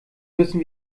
müssen